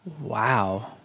wow